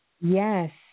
Yes